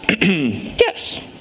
yes